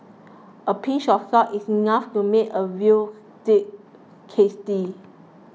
a pinch of salt is enough to make a veal day tasty